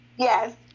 Yes